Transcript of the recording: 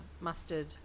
Mustard